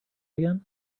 again